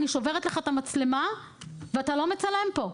אני שוברת לך את המצלמה ואתה לא מצלם פה.